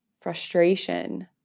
frustration